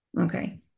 Okay